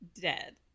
dead